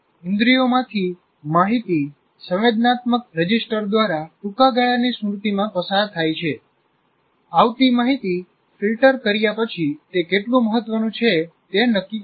ઇન્દ્રિયોમાંથી માહિતી સંવેદનાત્મક રજિસ્ટર દ્વારા ટૂંકા ગાળાની સ્મૃતિમાં પસાર થાય છે આવતી માહિતી ફિલ્ટર કર્યા પછી તે કેટલું મહત્વનું છે તે નક્કી કરે છે